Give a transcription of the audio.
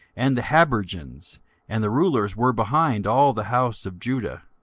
and the habergeons and the rulers were behind all the house of judah.